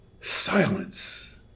silence